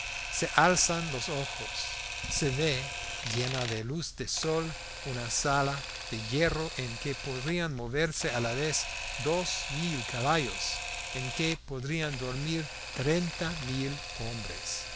se alzan los ojos y se ve llena de luz de sol una sala de hierro en que podrían moverse a la vez dos mil caballos en que podrían dormir treinta mil hombres